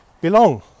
belong